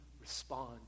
respond